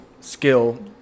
skill